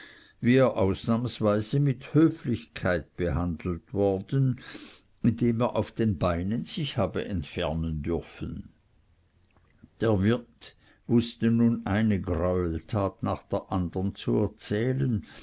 er ausnahmsweise mit höflichkeit behandelt worden indem er auf den beinen sich habe entfernen dürfen der wirt wußte nun eine greueltat nach der andern zu erzählen